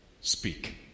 speak